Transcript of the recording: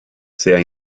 sea